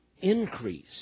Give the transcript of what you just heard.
increase